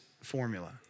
formula